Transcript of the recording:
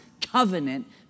covenant